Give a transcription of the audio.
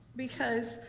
because,